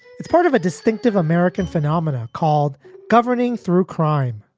it's part of a distinctive american phenomena called governing through crime,